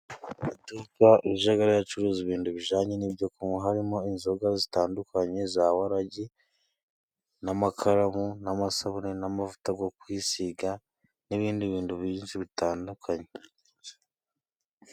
Iduka rijaga riracuruza ibintu bijanye n'ibyo kunywa harimo inzoga zitandukanye za Waragi, n'amakaramu, n'amasabune n'amavuta byo kwisiga n'ibindi bintu byinshi bitandukanye.